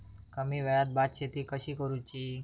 कमी वेळात भात शेती कशी करुची?